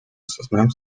осознаем